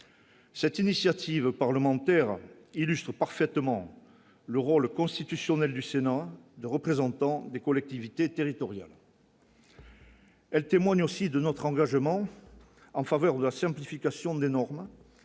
Cette initiative parlementaire illustre parfaitement le rôle constitutionnel du Sénat, de représentants des collectivités territoriales. Elle témoigne aussi de notre engagement en faveur de la simplification des normes